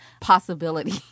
possibility